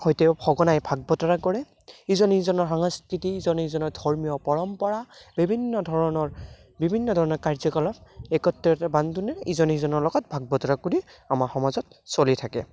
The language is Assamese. সৈতেও সঘনাই ভাগ বতৰা কৰে ইজনে ইজনৰ সাংস্কৃতি ইজনে ইজনৰ ধৰ্মীয় পৰম্পৰা বিভিন্ন ধৰণৰ বিভিন্ন ধৰণৰ কাৰ্যকলাপ একতাৰ বান্ধোনেৰে ইজনে ইজনৰ লগত ভাগ বতৰা কৰি আমাৰ সমাজত চলি থাকে